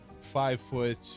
five-foot